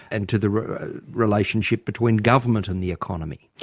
and to the relationship between government and the economy?